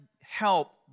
help